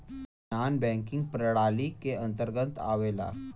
नानॅ banking प्रणाली के अंतर्गत आवेला